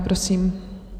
Prosím.